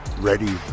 ready